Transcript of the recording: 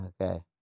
Okay